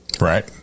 Right